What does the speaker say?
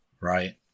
right